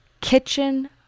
kitchen